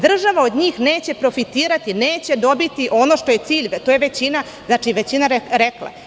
Država od njih neće profitirati i neće dobiti ono što je cilj, a to je većina rekla.